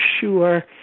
sure